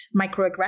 microaggressions